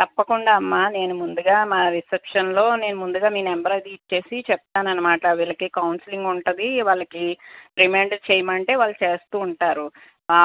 తప్పకుండా అమ్మ నేను ముందుగా మా రిసెప్షన్లో నేను ముందుగా మీ నెంబర్ అది ఇచ్చి చెప్తాను అన్నమాట వీళ్ళకి కౌన్సిలింగ్ ఉంటుంది వాళ్ళకి రిమైండర్ చెయ్యమంటే వాళ్ళు చేస్తూ ఉంటారు